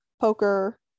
poker